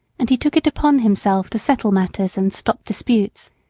and he took it upon himself to settle matters and stop disputes.